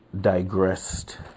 digressed